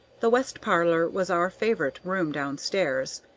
the west parlor was our favorite room down stairs.